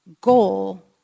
goal